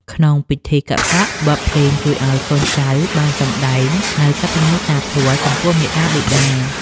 ក្នុងពិធីកាត់សក់ បទភ្លេងជួយឱ្យកូនចៅបានសម្ដែងនូវកតញ្ញូតាធម៌ចំពោះមាតាបិតា។